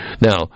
now